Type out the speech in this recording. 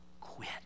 quit